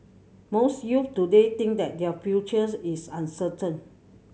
most youths today think that their future is uncertain